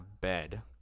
bed